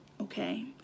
Okay